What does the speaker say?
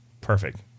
Perfect